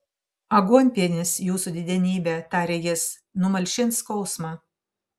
aguonpienis jūsų didenybe tarė jis numalšins skausmą